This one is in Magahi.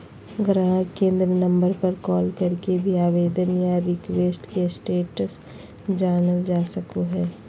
गाहक केंद्र नम्बर पर कॉल करके भी आवेदन या रिक्वेस्ट के स्टेटस जानल जा सको हय